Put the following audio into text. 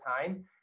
time